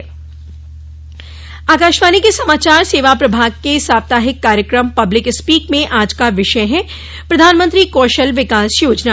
public speak Akashvani के समाचार सेवा प्रभाग के साप्ताहिक कार्यक्रम पब्लिक स्पीक में आज का विषय है प्रधानमंत्री कौशल विकास योजना